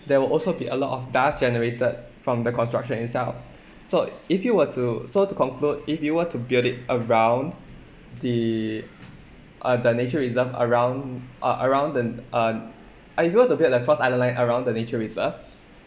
there will also be a lot of dust generated from the construction itself so if you were to so to conclude if you were to build it around the uh the nature reserve around ah around then um I if you were to build the cross island line around the nature reserve